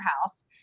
house